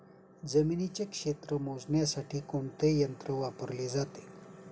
जमिनीचे क्षेत्र मोजण्यासाठी कोणते यंत्र वापरले जाते?